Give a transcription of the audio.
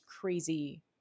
crazy